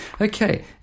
Okay